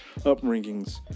upbringings